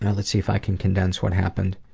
and let's see if i can condense what happened.